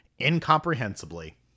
incomprehensibly